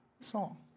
song